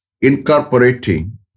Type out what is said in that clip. incorporating